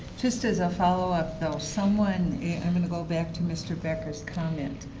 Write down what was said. just as a follow-up though, someone i'm going to go back to mr. becker's comment.